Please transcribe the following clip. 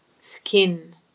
skin